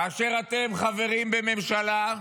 כאשר אתם חברים בממשלה,